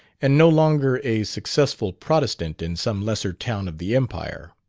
and no longer a successful protestant in some lesser town of the empire.